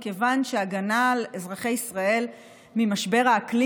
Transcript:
מכיוון שהגנה על אזרחי ישראל ממשבר האקלים